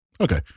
okay